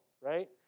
right